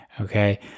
okay